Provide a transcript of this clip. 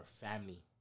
family